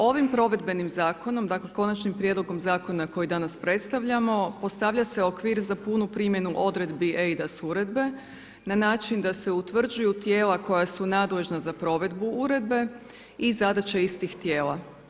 Ovom provedbenim zakonom, dakle konačnim prijedlogom zakona koji danas predstavljamo, postavlja se okvir za punu primjenu odredbi eIDAS Uredbe na način da se utvrđuju tijela koja su nadležna za provedbu uredbe i zadaće istih tijela.